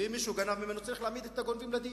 ואם מישהו גנב ממנו צריך להעמיד את הגונבים לדין,